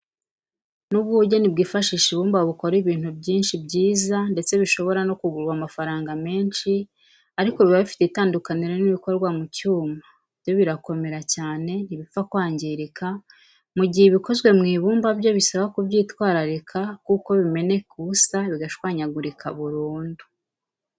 Nubwo ubugeni bwifashisha ibumba bukora ibintu byinshi byiza ndetse bishobora no kugurwa amafaranga menshi, ariko biba bifite itandukaniro n'ibikorwa mu cyuma, byo birakomera cyane ntibipfa kwangirika, mu gihe ibikozwe mu ibumba byo bisaba kubyitwararika kuko bimeneka ubusa, bigashwanyagurika burundu.